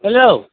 hello